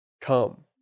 Come